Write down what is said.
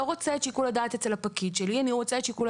רוצה את שיקול הדעת אצל הפקיד שלו אלא אצלו.